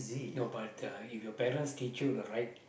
no but uh if your parents teach you the right